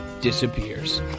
disappears